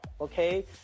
okay